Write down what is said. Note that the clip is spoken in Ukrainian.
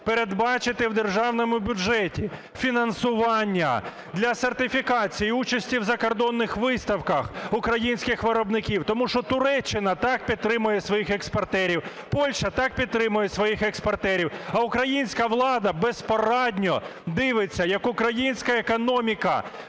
Передбачити в державному бюджеті фінансування для сертифікації і участі в закордонних виставках українських виробників, тому що Туреччина так підтримує своїх експортерів, Польща так підтримує своїх експортерів, а українська влада безпорадно дивиться, як українська економіка